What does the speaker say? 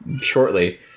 shortly